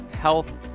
health